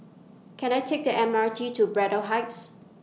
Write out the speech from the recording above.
Can I Take The M R T to Braddell Heights